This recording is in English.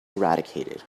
eradicated